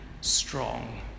strong